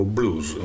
Blues